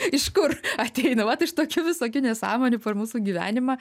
iš kur ateina vat iš tokių visokių nesąmonių per mūsų gyvenimą